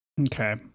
okay